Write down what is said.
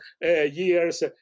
years